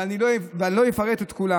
ואני לא אפרט את כולם.